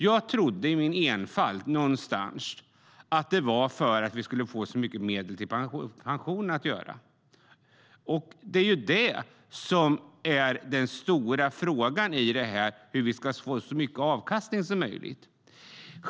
Jag trodde i min enfald att det var för att få så mycket medel som möjligt till pensionerna. Det är ju det som är den stora frågan i det här - hur vi ska få så mycket avkastning som möjligt.